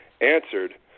answered